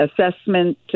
assessment